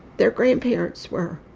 their grandparents were